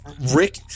Rick